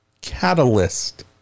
catalyst